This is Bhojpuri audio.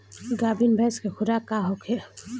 गाभिन भैंस के खुराक का होखे?